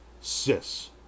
cis